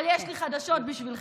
אבל יש לי חדשות בשבילכם: